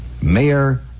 Mayor